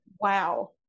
wow